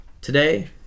today